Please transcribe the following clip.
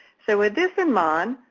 so with this in mind,